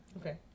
Okay